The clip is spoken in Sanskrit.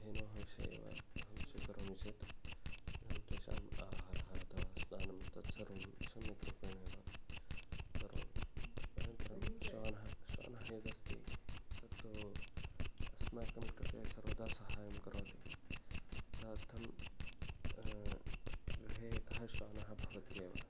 धेनोः विषये वा अहं स्वीकरोमि चेत् तेषाम् आहारः अथवा स्नानं तत्सर्वं सम्यक् रूपेण एव करोमि अनन्तरं श्वानः श्वानः यदस्ति तत्तु अस्माकं कृते सर्वदा सहाय्यं करोति श्वानः तदर्थं गृहे एकः श्वानः भवत्येव